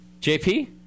JP